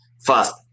Fast